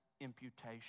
imputation